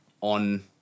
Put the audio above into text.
on